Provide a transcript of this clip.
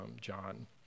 John